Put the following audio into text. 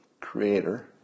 creator